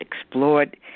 explored